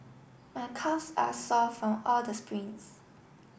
my calves are sore from all the sprints